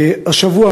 השבוע,